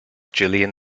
gillian